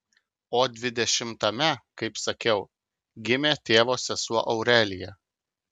o dvidešimtame kaip sakiau gimė tėvo sesuo aurelija